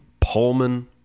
Pullman